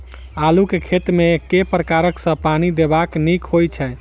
आलु केँ खेत मे केँ प्रकार सँ पानि देबाक नीक होइ छै?